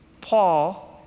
Paul